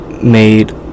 made